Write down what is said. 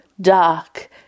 dark